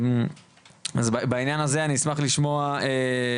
אז בעניין הזה אני אשמח לשמוע.